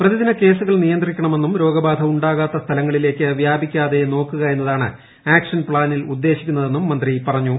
പ്രതിദിന കേസുകൾ നിയന്ത്രിക്കണമെന്നും രോഗബാധ ഉണ്ടാകാത്ത സ്ഥലങ്ങളിലേക്ക് വ്യാപിക്കാതെ നോക്കുക എന്നതാണ് ആക്ഷൻ പ്പാനിൽ ഉദ്ദേശിക്കുന്നത് എന്നും മന്ത്രി പറഞ്ഞു